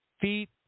feet